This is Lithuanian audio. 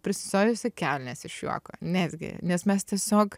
prisisiojus į kelnes iš juoko netgi nes mes tiesiog